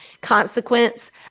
consequence